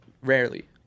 Rarely